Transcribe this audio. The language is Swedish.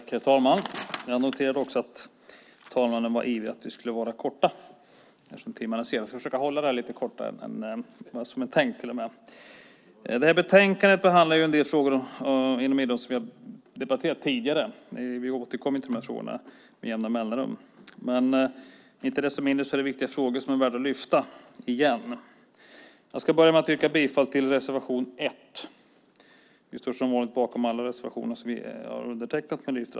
Herr talman! Jag har noterat att talmannen är ivrig med att vi fattar oss kort eftersom timmen är sen. Jag ska till och med försöka mig på ett anförande som blir kortare än jag hade tänkt. I betänkandet behandlas en del frågor inom idrotten som vi tidigare debatterat. Vi återkommer ju med jämna mellanrum till de här frågorna. Inte desto mindre gäller det viktiga frågor som det är värt att återigen lyfta fram. Jag yrkar bifall till reservation 1, men som vanligt står vi bakom alla reservationer som vi har undertecknat.